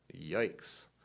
Yikes